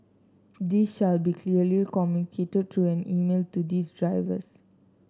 this shall be clearly communicated through an email to these drivers